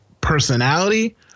personality